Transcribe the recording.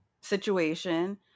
situation